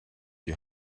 die